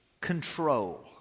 control